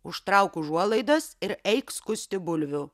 užtrauk užuolaidas ir eik skusti bulvių